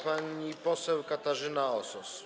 Pani poseł Katarzyna Osos.